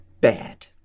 bad